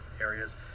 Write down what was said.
areas